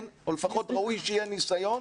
או לפחות ראוי שיהיה ניסיון,